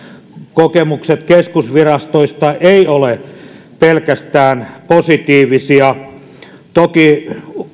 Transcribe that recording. kokemukset keskusvirastoista eivät ole pelkästään positiivisia toki